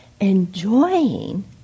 Enjoying